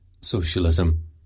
socialism